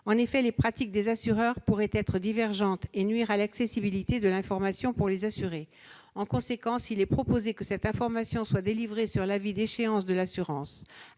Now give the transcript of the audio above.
En effet, les pratiques des assureurs pourraient être divergentes et nuire à l'accessibilité de l'information pour les assurés. En conséquence, il est proposé que cette information soit délivrée sur l'avis d'échéance de l'assurance.